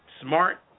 smart